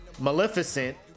Maleficent